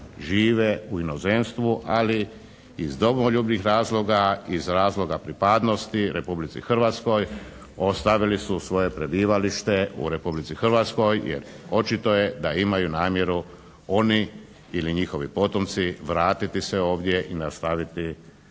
žive u inozemstvu, ali iz domoljubnih razloga, iz razloga pripadnosti Republici Hrvatskoj ostavili su svoje prebivalište u Republici Hrvatskoj jer očito ne da imaju namjeru oni ili njihovi potomci vratiti se ovdje i nastaviti